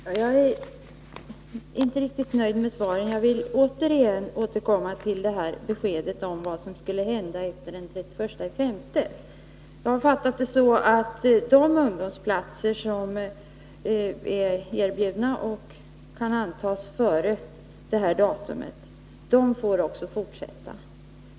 Fru talman! Jag är inte riktigt nöjd med svaret och vill på nytt återkomma till frågan om vad som skall hända efter den 31 maj. Jag har fattat saken så att de ungdomsplatser som är erbjudna och kan antas före detta datum får stå till förfogande även i fortsättningen.